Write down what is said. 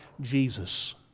Jesus